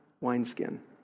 wineskin